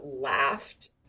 laughed